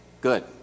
Good